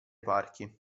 parchi